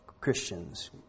Christians